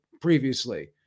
previously